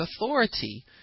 authority